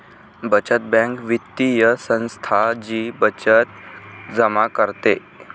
बचत बँक वित्तीय संस्था जी बचत जमा करते